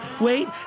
wait